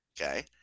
Okay